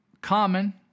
common